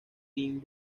green